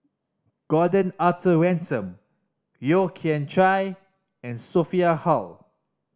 Gordon Arthur Ransome Yeo Kian Chai and Sophia Hull